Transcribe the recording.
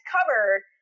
covered